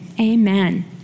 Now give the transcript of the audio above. amen